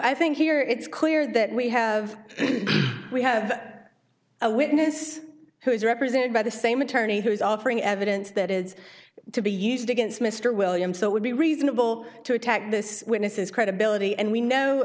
i think here it's clear that we have we have a witness who is represented by the same attorney who is offering evidence that is to be used against mr williams so it would be reasonable to attack this witness's credibility and we know